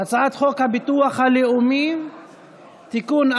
הצעת חוק הביטוח הלאומי (תיקון,